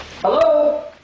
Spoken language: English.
Hello